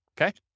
Okay